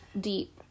Deep